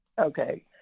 Okay